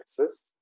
exists